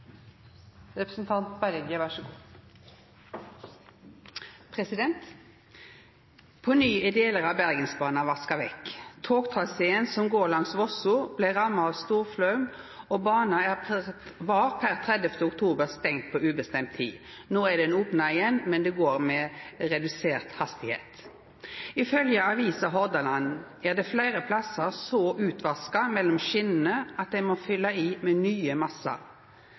ny er delar av Bergensbana vaska vekk. Togtraseen som går langs Vosso, blei ramma av storflaum, og bana er per 30. oktober stengd på ubestemt tid. Ifølgje avisa Hordaland er det fleire plassar så utvaska under skjenene at ein må fylle i med nye massar. Det er